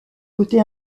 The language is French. côté